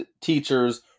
teachers